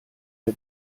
der